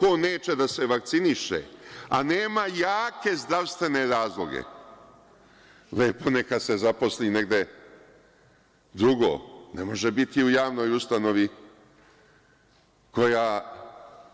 Ko neće da se vakciniše, a nema jake zdravstvene razloge, lepo, neka se zaposli negde drugo, ne može biti u javnoj ustanovi koja